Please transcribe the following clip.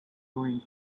going